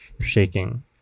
Shaking